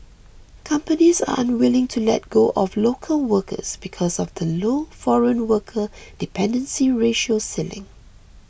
companies are unwilling to let go of local workers because of the low foreign worker dependency ratio ceiling